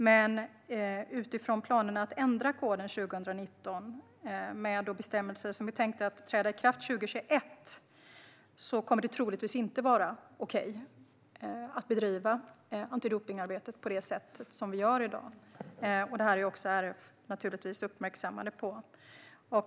Men utifrån planerna på att ändra koden 2019 och införa bestämmelser som är tänkta att träda i kraft 2021 kommer det troligtvis inte vara okej att bedriva antidopningsarbetet på det sätt som görs i dag. Detta är naturligtvis också RF uppmärksammat på.